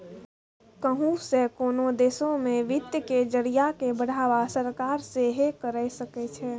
कहुं से कोनो देशो मे वित्त के जरिया के बढ़ावा सरकार सेहे करे सकै छै